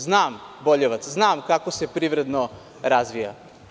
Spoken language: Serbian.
Znam Boljevac i znam kako se privredno razvija.